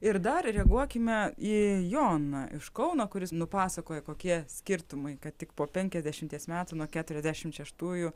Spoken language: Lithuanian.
ir dar reaguokime į joną iš kauno kuris nupasakojo kokie skirtumai kad tik po penkiasdešimties metų nuo keturiasdešim šeštųjų